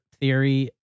theory